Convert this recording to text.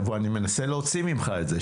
אני מנסה להוציא ממך את זה.